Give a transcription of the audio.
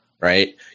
right